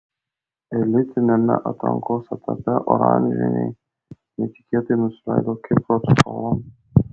elitiniame atrankos etape oranžiniai netikėtai nusileido kipro atstovams